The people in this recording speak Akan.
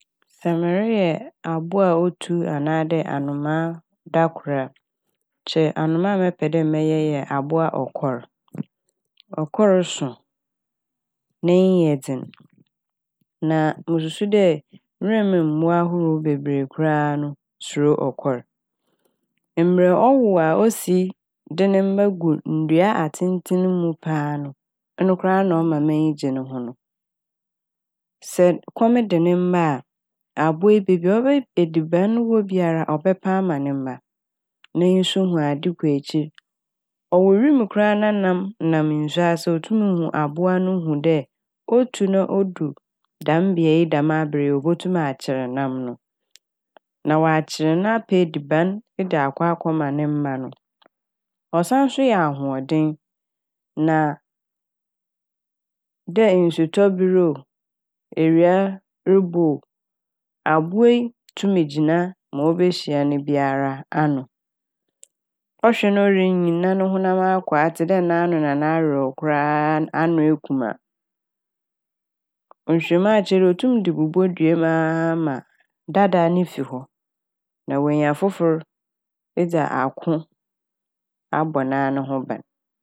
Sɛ mereyɛ abowa a otu anaa dɛ anomaa da kor a nkyɛ anomaa mɛpɛ dɛ mɛyɛ yɛ abowa ɔkɔr. Ɔkɔr so, n'enyi yɛ dzen na mususu dɛ wimu mbowa ahorow bebree koraa no suro ɔkɔr. Mbrɛ ɔwo a osi de ne mba gu ndua atsentsen mu paa no ɔno koraa na ɔma m'enyi gye ne ho no. Sɛ kɔm de ne mba a abowa yi beebi ɔp- ediban wɔ biara a no ɔbɛpɛ ama ne mba. N'enyi hu ade kɔ ekyir, ɔwɔ wimu koraa na nam nam nsu ase otum hu abowa no hu dɛ otu na odu dɛm bea yi dɛm aber yi a obotum akyer nam no na ɔakyer no apɛ ediban de akɔ akɛma ne mba no. Ɔsanso yɛ ahoɔden na dɛ nsutɔ ber oo, ewia robɔ oo, abowa yi tum gyina ma obehyia ne biara ano. Ɔhwɛ na orinyin na no honam akwaa tse dɛ n'ano na n'awerɛw koraaa ano ekum a, nhwehwɛmu akyerɛ dɛ otum de bobɔ dua m' aama dadaa ne fi hɔ na oenya fofor edze ako abɔ naa no ho ban.